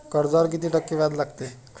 कर्जावर किती टक्के व्याज लागते?